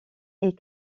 est